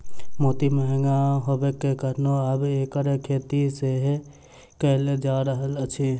मोती महग होयबाक कारणेँ आब एकर खेती सेहो कयल जा रहल अछि